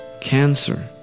cancer